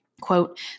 Quote